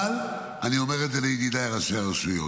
אבל אני אומר את זה לידידיי ראשי הרשויות: